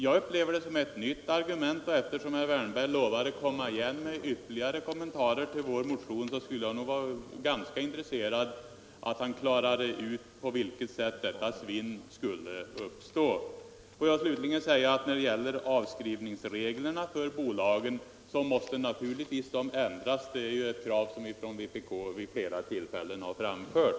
Jag upplever detta som ett nytt argument och eftersom herr Wärnberg lovade komma igen med ytterligare kommentarer till vår motion skulle jag vara intresserad av att han förklarade på vilket sätt detta svinn skulle uppstå. Låt mig slutligen säga att avskrivningsreglerna för bolagen naturligtvis måste ändras. Det är ett krav som vi från vpk vid flera tillfällen har framfört.